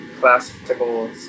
classical